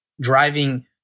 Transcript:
driving